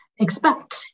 expect